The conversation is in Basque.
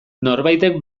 norbaitek